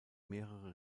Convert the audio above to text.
mehrere